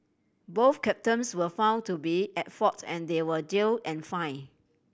both captains were found to be at fault and they were jail and fine